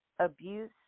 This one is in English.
Abuse